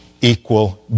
equal